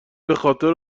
بخاطر